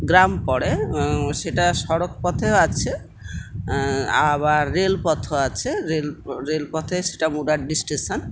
গ্রাম পড়ে সেটা সড়ক পথও আছে আবার রেলপথও আছে রেল রেলপথে সেটা মুরাড্ডি স্টেশন